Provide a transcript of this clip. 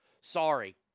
Sorry